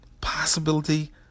possibility